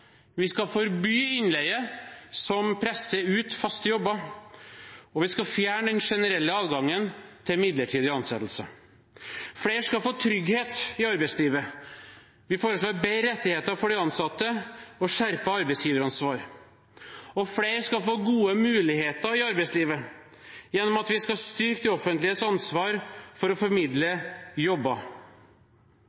Vi skal forby innleie som presser ut faste jobber, og vi skal fjerne den generelle adgangen til midlertidige ansettelser. Flere skal få trygghet i arbeidslivet. Vi foreslår bedre rettigheter for de ansatte og skjerpede arbeidsgiveransvar. Flere skal få gode muligheter i arbeidslivet gjennom at vi skal styrke det offentliges ansvar for å formidle